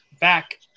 back